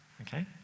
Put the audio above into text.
okay